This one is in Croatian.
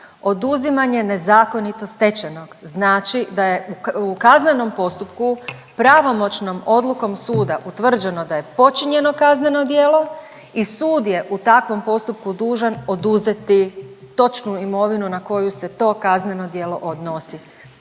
oduzimanje nezakonito stečenog znači da je u kaznenom postupku pravomoćnom odlukom suda utvrđeno da je počinjeno kazneno djelo i sud je u takvom postupku dužan oduzeti točnu imovinu na koju se to kazneno djelo odnosi.